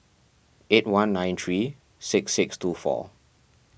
eight one nine three six six two four